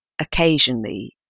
occasionally